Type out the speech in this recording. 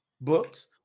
books